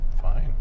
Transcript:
Fine